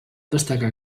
destacar